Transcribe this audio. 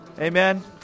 Amen